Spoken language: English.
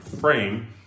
frame